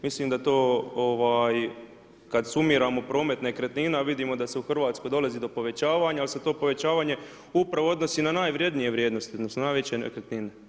Mislim da to kada sumiramo promet nekretnina, vidimo da se u Hrvatskoj dolazi do povećavanja, jer se to povećavanje upravo odnosi na najvrijednije vrijednosti, odnosno, najveće nekretnine.